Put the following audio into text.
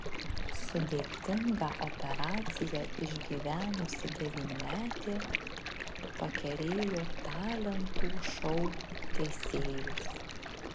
sudėtingą operaciją išgyvenusi devynmetė pakerėjo talentų šou teisėjus